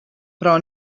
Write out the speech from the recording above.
però